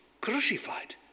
crucified